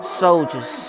soldiers